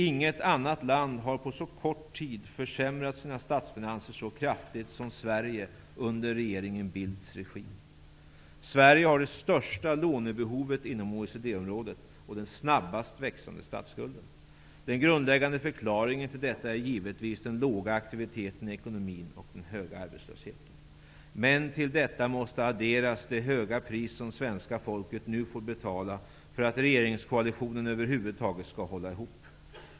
Inget annat land har på så kort tid försämrat sina statsfinanser så kraftigt som Sverige under regeringen Bildts regim. Sverige har det största lånebehovet inom OECD-området och den snabbast växande statsskulden. Den grundläggande förklaringen till detta är givetvis den låga aktiviteten i ekonomin och den höga arbetslösheten. Men till detta måste adderas det höga pris som svenska folket nu får betala för att regeringskoalitionen över huvud taget skall hålla ihop.